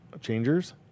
changers